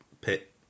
pit